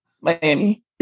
Miami